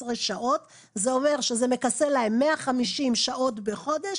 זה אומר שזה מכסה להם 150 שעות בחודש,